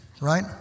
right